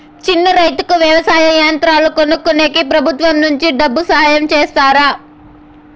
చిన్న రైతుకు వ్యవసాయ యంత్రాలు కొనుక్కునేకి ప్రభుత్వం నుంచి డబ్బు సహాయం చేస్తారా?